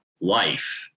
life